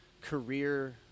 career